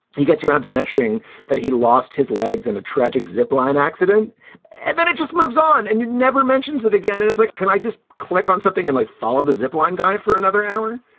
he gets around to mentioning that he lost his legs in a tragic zip line accident and then it just moves on and it never mentions it again. and it's like, can i just click on something and like follow the zip line guy for another hour?